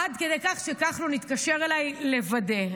עד כדי כך שכחלון התקשר אלי כדי לוודא.